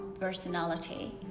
personality